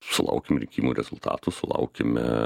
sulaukim rinkimų rezultatų sulaukime